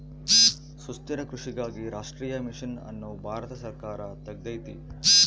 ಸುಸ್ಥಿರ ಕೃಷಿಗಾಗಿ ರಾಷ್ಟ್ರೀಯ ಮಿಷನ್ ಅನ್ನು ಭಾರತ ಸರ್ಕಾರ ತೆಗ್ದೈತೀ